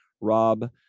Rob